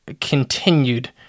continued